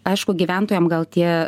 aišku gyventojam gal tie